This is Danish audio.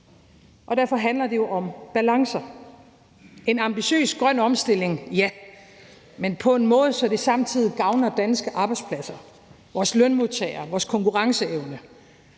Derfor handler det jo om balancer: En ambitiøs grøn omstilling, ja, men på en måde, så det samtidig gavner danske arbejdspladser, vores lønmodtagere og vores konkurrenceevne.